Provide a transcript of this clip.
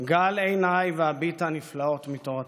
גל עיני ואביטה נפלאות מתורתך".